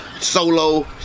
solo